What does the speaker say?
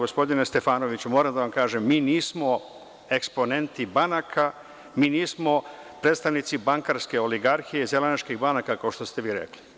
Gospodine Stefanoviću, moram da vam kažem, mi nismo eksponenti banaka, mi nismo predstavnici bankarske oligarhije i zelenaških banaka, kao što ste vi rekli.